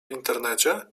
internecie